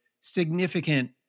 significant